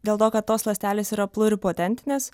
dėl to kad tos ląstelės yra pluripotentinės